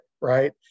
right